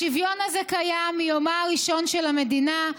השוויון הזה קיים מיומה הראשונה של המדינה,